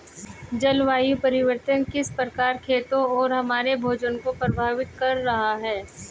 जलवायु परिवर्तन किस प्रकार खेतों और हमारे भोजन को प्रभावित कर रहा है?